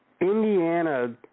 Indiana